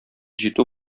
җитү